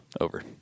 over